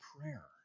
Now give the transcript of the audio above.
prayer